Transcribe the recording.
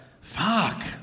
fuck